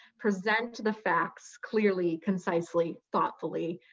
present the facts clearly, concisely, thoughtfully,